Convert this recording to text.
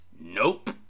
Nope